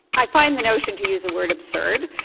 i find the notion, to use the word, absurd.